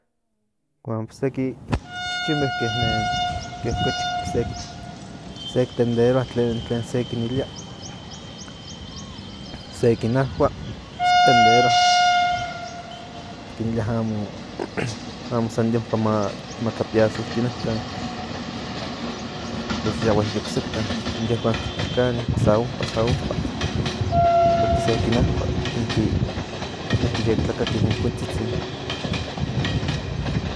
Huan pues seki chichinme que nen ke okachi sek tenderoa tlen se kin ilia se ki ajua tenderoa ti kin ilia amo san de onkan ma tlapiasotinenkan yahui oksekan in yehuan kita kanin sa ompa sa ompa porque se kin ajua niki yek tlakati in kuintzitzin